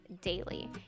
daily